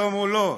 היום הוא לא.